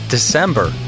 December